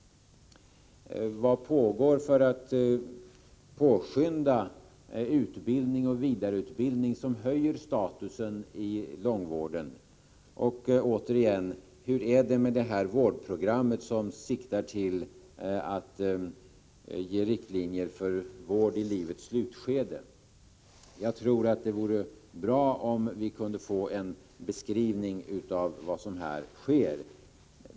Vad pågår för att påskynda utbildning och vidareutbildning som höjer statusen i långvården? Och, återigen, hur går det med det vårdprogram som siktar till att ge riktlinjer för vård i livets slutskede? Jag tror att det vore bra om vi kunde få en beskrivning av vad som här sker.